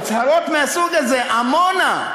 הצהרות מהסוג הזה, עמונה,